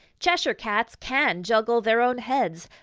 cheshire cats can juggle their own heads.